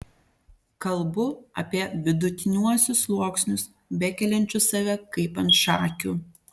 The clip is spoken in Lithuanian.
kalbu apie vidutiniuosius sluoksnius bekeliančius save kaip ant šakių